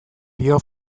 dio